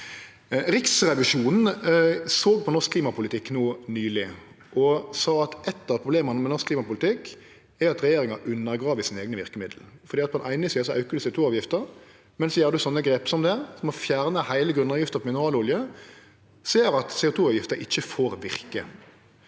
Riksrevisjonen såg på norsk klimapolitikk no nyleg, og dei sa at eitt av problema med norsk klimapolitikk er at regjeringa undergrev sine eigne verkemiddel. På den eine sida aukar dei CO2-avgifta, men så gjer ein sånne grep som det med å fjerne heile grunnavgifta på mineralolje, noko som gjer at CO2-avgifta ikkje får verke.